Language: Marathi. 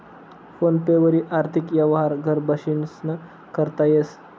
फोन पे वरी आर्थिक यवहार घर बशीसन करता येस